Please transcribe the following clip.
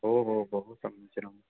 समीचीनम्